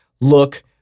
Look